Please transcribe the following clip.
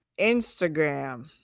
Instagram